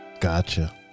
Gotcha